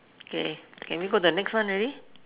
okay can we go to the next one already